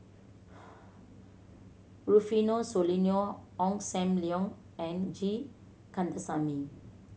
Rufino Soliano Ong Sam Leong and G Kandasamy